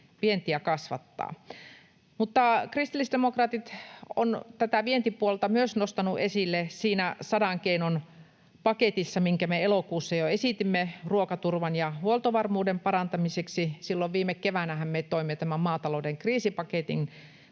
Kristillisdemokraatit ovat myös tätä vientipuolta nostaneet esille siinä sadan keinon paketissa, minkä me jo elokuussa esitimme ruokaturvan ja huoltovarmuuden parantamiseksi. Silloin viime keväänähän me toimme tämän maatalouden kriisipaketin,